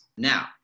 Now